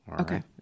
Okay